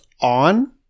on